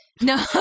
no